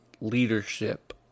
Leadership